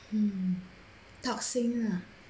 mm toxic ah